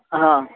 हा